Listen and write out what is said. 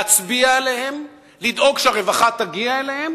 להצביע עליהם, לדאוג שהרווחה תגיע אליהם